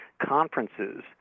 conferences